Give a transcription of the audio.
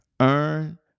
Earn